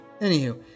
anywho